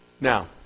Now